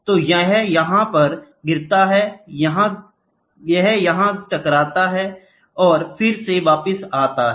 तो यह यहाँ पर गिरता है यह यहाँ टकराता और फिर से वापस आता है